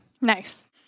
nice